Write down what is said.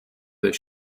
their